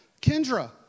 Kendra